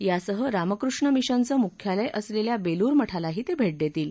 यासह रामकृष्ण मिशनचं मुख्यालय असलेल्या बेलूर मठालाही ते भेट देतील